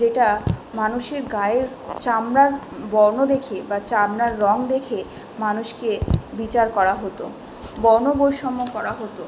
যেটা মানুষের গায়ের চামড়ার বর্ণ দেখে বা চামড়ার রঙ দেখে মানুষকে বিচার করা হতো বর্ণ বৈষম্য করা হতো